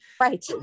Right